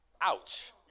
Ouch